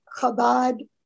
Chabad